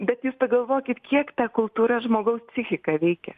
bet jūs pagalvokit kiek ta kultūra žmogaus psichiką veikia